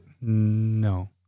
No